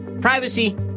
privacy